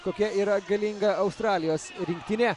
kokia yra galinga australijos rinktinė